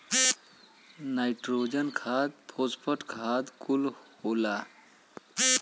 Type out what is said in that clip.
nitrogen खाद phosphate खाद कुल होला